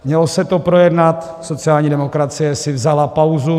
Mělo se to projednat, sociální demokracie si vzala pauzu.